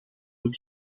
het